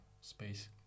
space